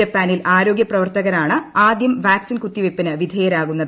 ജപ്പാനിൽ ആരോഗൃ പ്രവർത്തകരാണ് ആദൃം വാക്സിൻ കുത്തിവയ്പിന് വിധേയരാകുന്നത്